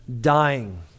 dying